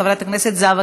חברת הכנסת זהבה